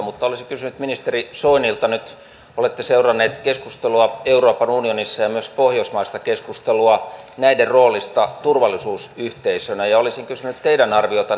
mutta olisin kysynyt ministeri soinilta kun nyt olette seurannut keskustelua euroopan unionissa ja myös pohjoismaista keskustelua näiden roolista turvallisuusyhteisönä teidän arviotanne